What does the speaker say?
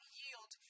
yield